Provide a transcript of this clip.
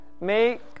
Make